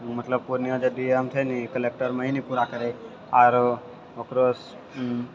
मतलब पूर्णियाँ जे D M छै ने कलेक्टर ओएह ने पूरा करैए आओर ओकरो